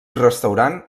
restaurant